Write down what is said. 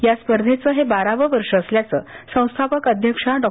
या स्पर्धेचं हे बारावं वर्ष असल्याचं संस्थापक अधक्षा डॉ